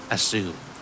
Assume